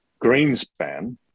Greenspan